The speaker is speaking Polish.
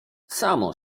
samo